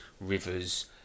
rivers